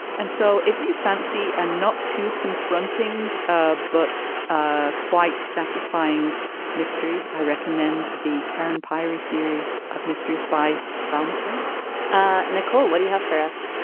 and so if you fancy a not too confronting ah but ah quite satisfying mystery, i recommend the karen p i three series of mysteries by val mcdermid ah nicole, what do you have for us?